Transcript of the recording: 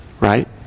Right